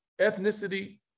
ethnicity